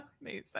Amazing